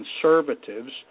conservatives